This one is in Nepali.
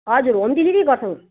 हजुर होम डेलिभरी गर्छौँ